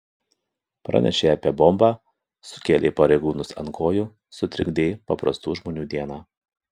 pranešei apie bombą sukėlei pareigūnus ant kojų sutrikdei paprastų žmonių dieną